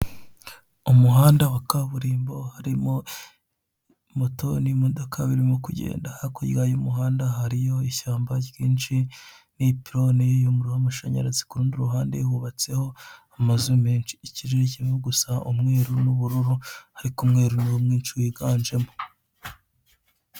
Umuhanda wa kaburimbo harimo moto n'imodoka birimo kugenda hakurya y'umuhanda hariyo ishyamba ryinshi n'ipironi y'umuriro w'amashanyarazi ku rundi ruhande hubatseho amazu menshi ikirere k'ivu gusa umweru n'ubururu ariko umweru niwo mwinshi wiganjemo.